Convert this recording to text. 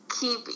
keep